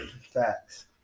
Facts